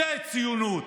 זאת ציונות,